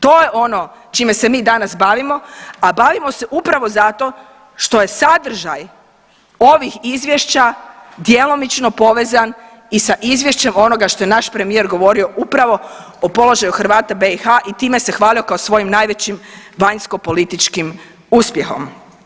To je ono čime se mi danas bavimo, a bavimo se upravo zato što je sadržaj ovih izvješća djelomično povezan i sa izvješćem onoga što je naš premijer govorio upravo o položaju Hrvata u BiH i time se hvalio kao svojim najvećim vanjskopolitičkim uspjehom.